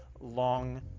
long